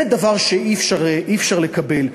זה דבר שאי-אפשר לקבל.